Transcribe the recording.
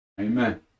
Amen